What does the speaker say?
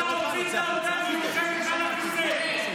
אתה הוצאת אותה, והיא יושבת על הכיסא.